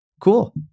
cool